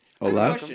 Hello